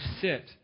sit